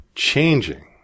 changing